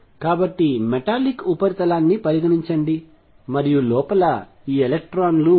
కాబట్టి మెటాలిక్ ఉపరితలాన్ని పరిగణించండి మరియు లోపల ఈ ఎలక్ట్రాన్లు ఉంటాయి